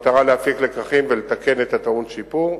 במטרה להפיק לקחים ולתקן את הטעון שיפור.